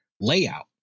layout